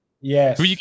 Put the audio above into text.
yes